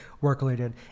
work-related